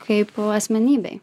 kaip asmenybei